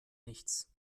nichts